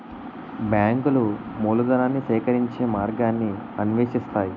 బ్యాంకులు మూలధనాన్ని సేకరించే మార్గాన్ని అన్వేషిస్తాయి